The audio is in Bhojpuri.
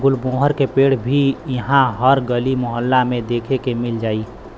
गुलमोहर के पेड़ भी इहा हर गली मोहल्ला में देखे के मिल जाई